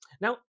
Now